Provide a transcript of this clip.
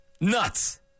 Nuts